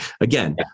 Again